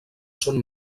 són